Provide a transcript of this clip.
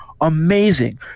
amazing